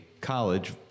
college